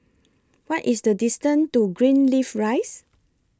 What IS The distance to Greenleaf Rise